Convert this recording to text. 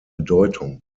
bedeutung